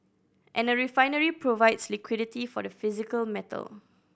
and a refinery provides liquidity for the physical metal